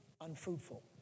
unfruitful